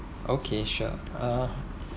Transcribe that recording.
okay sure uh